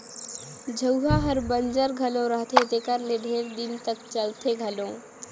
झउहा हर बंजर घलो रहथे तेकर ले ढेरे दिन तक चलथे घलो